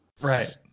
Right